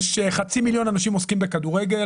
חצי מיליון אנשים עוסקים בכדורגל,